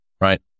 right